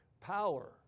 power